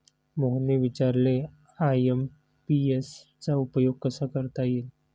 मोहनने विचारले आय.एम.पी.एस चा उपयोग कसा करता येईल?